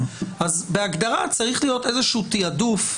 בהגדרה צריך להיות איזשהו תעדוף,